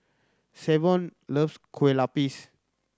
Savion loves Kuih Lopes